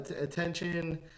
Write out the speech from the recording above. Attention